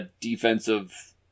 defensive